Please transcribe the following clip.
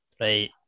right